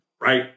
Right